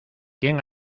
quién